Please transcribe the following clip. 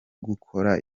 gukora